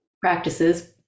practices